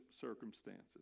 circumstances